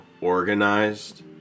organized